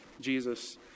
Jesus